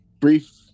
brief